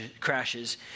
crashes